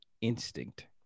instinct